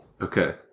Okay